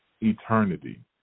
eternity